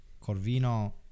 Corvino